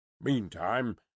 Meantime